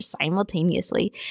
simultaneously